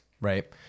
right